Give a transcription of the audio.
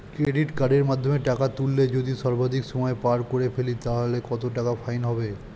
Credit কার্ডের মাধ্যমে টাকা তুললে যদি সর্বাধিক সময় পার করে ফেলি তাহলে কত টাকা ফাইন হবে?